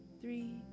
three